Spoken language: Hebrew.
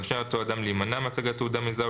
רשאי אותו אדם להימנע מהצגת תעודה מזהה